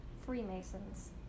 Freemasons